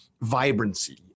Vibrancy